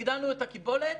הגדלנו את הקיבולת